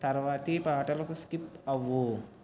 తరవాతి పాటలకు స్కిప్ అవ్వు